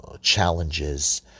challenges